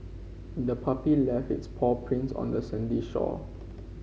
the puppy left its paw prints on the sandy shore